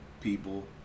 people